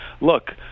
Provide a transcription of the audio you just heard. look